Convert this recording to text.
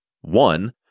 One